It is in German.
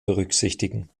berücksichtigen